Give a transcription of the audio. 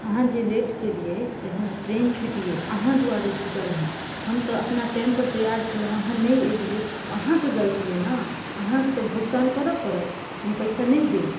अहाँ जे लेट केलियै से हमरा ट्रेन छुटि गेल अहाँ दुआरे छुटल हेँ हम तऽ अपना टाइमपर तैआर छलहुँ अहाँ नहि एलियै ओ अहाँके गलती यए ने अहाँकेँ तऽ भुगतान करय पड़त हम पैसा नहि देब